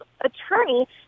attorney